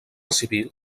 civil